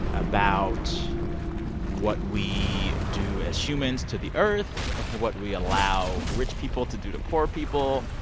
about what we do, as humans, to the earth, what we allow rich people to do to poor people.